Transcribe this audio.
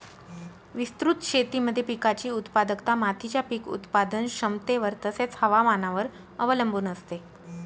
विस्तृत शेतीमध्ये पिकाची उत्पादकता मातीच्या पीक उत्पादन क्षमतेवर तसेच, हवामानावर अवलंबून असते